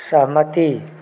सहमति